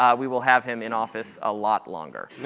um we will have him in office a lot longer.